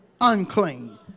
Unclean